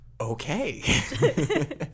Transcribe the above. Okay